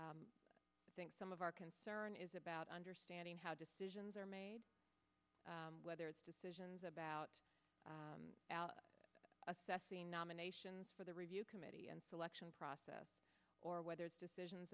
i think some of our concern is about understanding how decisions are made whether it's decisions about assessing nominations for the review committee and selection process or whether it's decisions